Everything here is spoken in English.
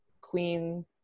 queen